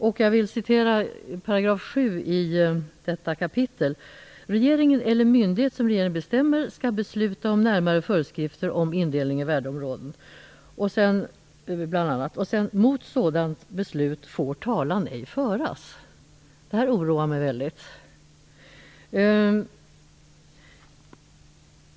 I kap. 7 § står:" Regeringen eller myndighet som regeringen bestämmer skall besluta om närmare föreskrifter om indelning i värdeområden --- Mot sådant beslut får talan ej föras". Detta oroar mig väldigt mycket.